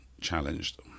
challenged